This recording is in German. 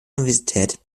universität